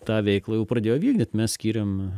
tą veiklą jau pradėjo vykdyt mes skyrėm